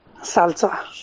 Salsa